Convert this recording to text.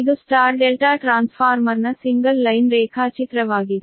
ಇದು Y ∆ ಟ್ರಾನ್ಸ್ಫಾರ್ಮರ್ನ single line ರೇಖಾಚಿತ್ರವಾಗಿದೆ